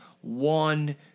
one